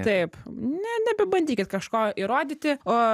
taip ne nebebandykit kažko įrodyti o